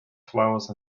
flowers